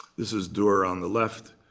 this is durer on the left.